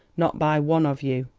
not by one of you.